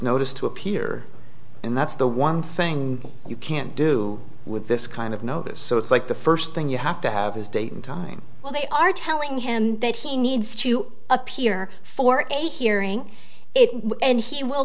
notice to appear and that's the one thing you can do with this kind of notice so it's like the first thing you have to have is date and time well they are telling him that he needs to appear for a hearing it and he will